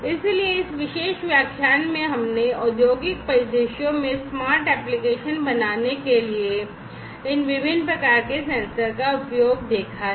इसलिए इस विशेष व्याख्यान में हमने औद्योगिक परिदृश्यों में स्मार्ट एप्लिकेशन बनाने के लिए इन विभिन्न प्रकार के सेंसर का उपयोग देखा है